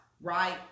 right